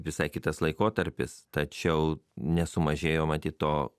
visai kitas laikotarpis tačiau nesumažėjo matyt to